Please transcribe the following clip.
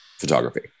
photography